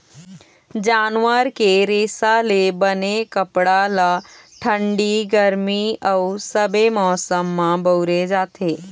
जानवर के रेसा ले बने कपड़ा ल ठंडी, गरमी अउ सबे मउसम म बउरे जाथे